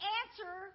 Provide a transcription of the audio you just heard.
answer